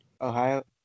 Ohio